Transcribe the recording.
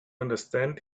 understand